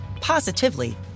positively